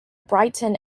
brighton